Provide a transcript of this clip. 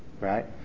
right